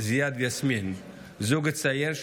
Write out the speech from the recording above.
זיאד ויסמין הם זוג צעיר,